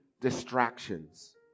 distractions